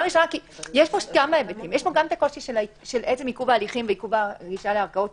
יש פה כמה היבטים: עצם עיכוב ההליכים ועיכוב הגישה לערכאות,